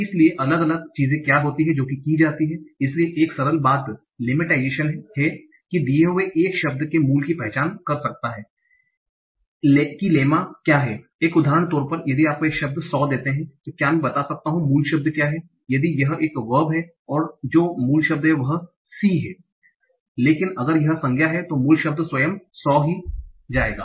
इसलिए अलग अलग चीजें क्या हैं जो की जाती हैं इसलिए एक सरल बात लेमेटायजेशन है कि दिये हुए एक शब्द के मूल की पहचान कर सकता है कि लेमा क्या है एक उदाहरण तौर पर यदि आपको एक शब्द सॉ देते हैं क्या मैं बता सकता हूं कि मूल शब्द क्या है यदि यह एक verb क्रिया है जो मूल शब्द है वह सी हैं लेकिन अगर यह संज्ञा नाऊँन है तो मूल शब्द स्वयं सॉ जाएगा